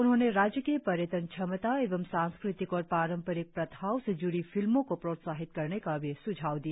उन्होंने राज्य की पर्यटन क्षमता एवं सांस्कृतिक और पारम्परिक प्रथाओ से ज्ड़ी फिल्मों को प्रोत्याहित करने का भी स्झाव दिया